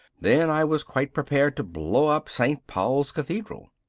then i was quite prepared to blow up st. paul's cathedral.